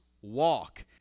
walk